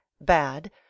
bad